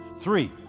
Three